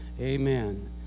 Amen